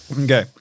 Okay